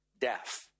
death